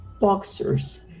boxers